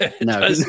No